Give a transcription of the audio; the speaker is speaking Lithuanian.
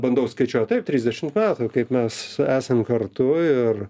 bandau skaičiuot taip trisdešimt metų kaip mes esam kartu ir